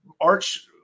Arch